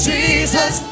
Jesus